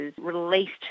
released